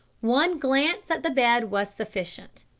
one glance at the bed was sufficient.